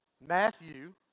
Matthew